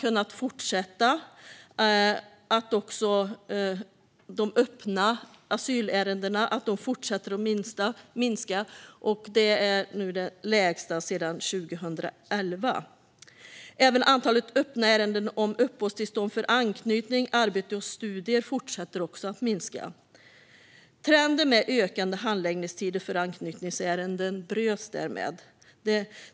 Ändå fortsätter antalet öppna asylärenden att minska, och det är nu det lägsta sedan 2011. Även antalet öppna ärenden om uppehållstillstånd för anknytning, arbete och studier fortsätter att minska. Trenden med ökande handläggningstider för anknytningsärenden har brutits.